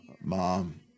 mom